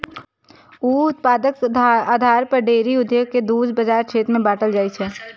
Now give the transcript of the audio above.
उप उत्पादक आधार पर डेयरी उद्योग कें दू बाजार क्षेत्र मे बांटल जाइ छै